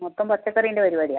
മൊത്തം പച്ചക്കറീന്റെ പരിപാടിയാണ്